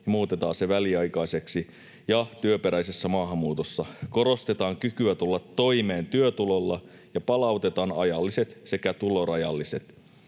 ja muutetaan se väliaikaiseksi, ja työperäisessä maahanmuutossa korostetaan kykyä tulla toimeen työtulolla ja palautetaan ajalliset sekä tulorajalliset